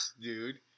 dude